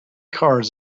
cards